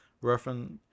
Reference